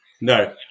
No